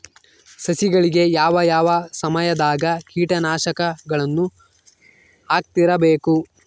ಸಸಿಗಳಿಗೆ ಯಾವ ಯಾವ ಸಮಯದಾಗ ಕೇಟನಾಶಕಗಳನ್ನು ಹಾಕ್ತಿರಬೇಕು?